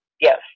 yes